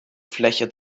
fläche